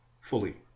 fully